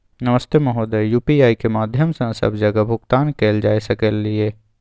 नमस्ते महोदय, यु.पी.आई के माध्यम सं सब जगह भुगतान कैल जाए सकल ये?